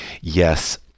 yes